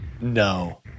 No